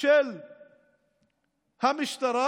של המשטרה,